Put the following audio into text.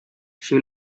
she